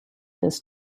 this